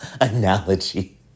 analogy